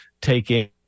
Taking